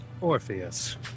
Orpheus